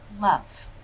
love